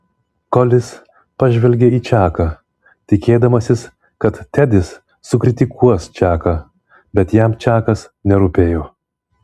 kolis pažvelgė į čaką tikėdamasis kad tedis sukritikuos čaką bet jam čakas nerūpėjo